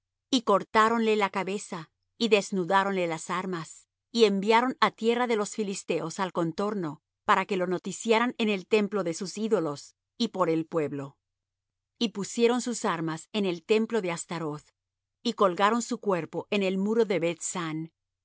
y cortáronle la cabeza y desnudáronle las armas y enviaron á tierra de los filisteos al contorno para que lo noticiaran en el templo de sus ídolos y por el pueblo y pusieron sus armas en el templo de astaroth y colgaron su cuerpo en el muro de beth san mas